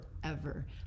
forever